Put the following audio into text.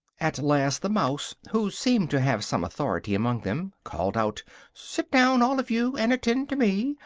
at last the mouse, who seemed to have some authority among them, called out sit down, all of you, and attend to me!